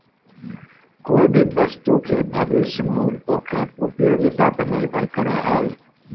कोय भी वस्तु के भविष्य मूल्य ओकर उपयोगिता पर निर्भर करो हय